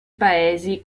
paesi